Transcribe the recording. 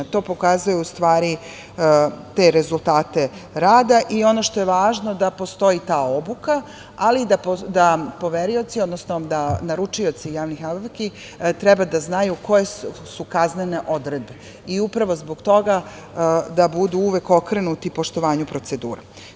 To pokazuje, u stvari, te rezultate rada i ono što je važno, da postoji da obuka, ali da poverioci, odnosno naručioci javnih nabavki treba da znaju koje su kaznene odredbe i upravo zbog toga da budu uvek okrenuti poštovanju procedura.